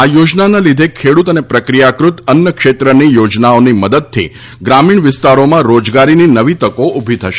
આ યોજનાના લીધે ખેડૂત અને પ્રક્રિયાકૃત અન્ન ક્ષેત્રની યોજનાઓની મદદથી ગ્રામીણ વિસ્તારોમાં રોજગારીની નવી તકો ઊભી થશે